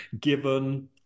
given